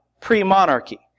pre-monarchy